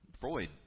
Freud